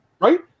right